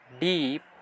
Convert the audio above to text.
deep